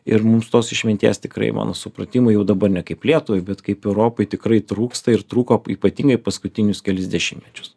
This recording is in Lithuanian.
ir mums tos išminties tikrai mano supratimu jau dabar ne kaip lietuvai bet kaip europai tikrai trūksta ir trūko ypatingai paskutinius kelis dešimtmečius